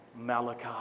Malachi